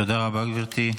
תודה רבה, גבירתי.